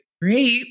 Great